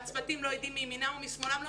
הצוותים לא יודעים מימינם ומשמאלם ולא